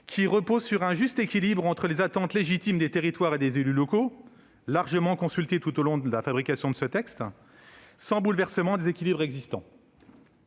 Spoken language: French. reposant sur un juste équilibre entre les attentes légitimes des territoires et des élus locaux, largement consultés tout au long de la fabrication du projet de loi, sans bouleversement des équilibres existants.